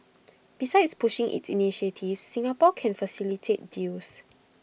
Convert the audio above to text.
besides pushing its initiatives Singapore can facilitate deals